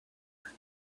her